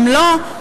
אם לא,